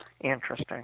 Interesting